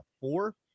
Four